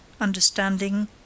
understanding